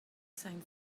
same